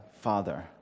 Father